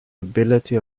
ability